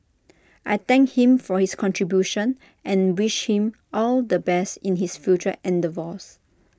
I thank him for his contributions and wish him all the best in his future endeavours